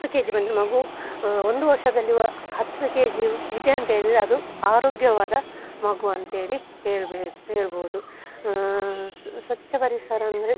ಹತ್ತು ಕೆಜಿ ಬಂದರೆ ಮಗು ಒಂದು ವರ್ಷದಲ್ಲಿ ವ ಹತ್ತು ಕೆಜಿ ಇದೆ ಅಂತ ಹೇಳಿದರೆ ಅದು ಆರೋಗ್ಯವಾದ ಮಗು ಅಂತ್ಹೇಳಿ ಹೇಳ್ಬೋದು ಸ್ವಚ್ಛ ಪರಿಸರ ಅಂದರೆ